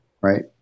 right